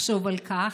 לחשוב על כך,